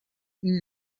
این